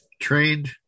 trained